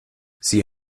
sie